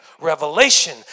revelation